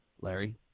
Larry